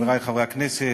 חברי חברי הכנסת,